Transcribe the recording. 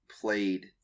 played